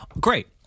Great